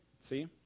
see